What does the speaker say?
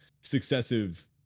successive